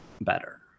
better